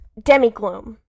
Demigloom